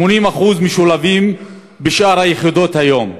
80% משולבים בשאר היחידות היום.